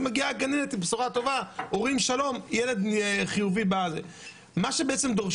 שהגננת מגיעה אליה עם בשורה על ילד חיובי בגן - מה שדורשים